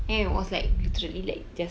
and it was like literally like just